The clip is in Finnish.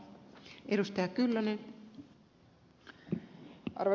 arvoisa rouva puhemies